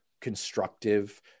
constructive